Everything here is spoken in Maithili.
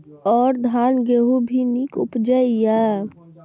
और धान गेहूँ भी निक उपजे ईय?